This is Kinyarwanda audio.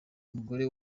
umugore